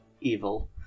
evil